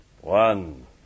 One